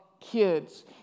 kids